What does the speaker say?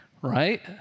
right